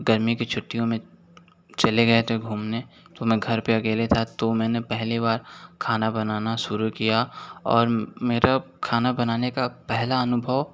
गर्मी की छुट्टियों में चले गए थे घूमने तो मैं घर पर अकेले था तो मैंने पहली बार खाना बनाना शुरू किया और मेरा खाना बनाने का पहला अनुभव